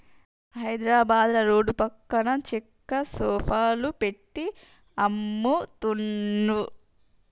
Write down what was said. హైద్రాబాదుల రోడ్ల పక్కన చెక్క సోఫాలు పెట్టి అమ్ముతున్లు